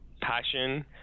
passion